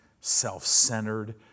self-centered